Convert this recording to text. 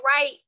right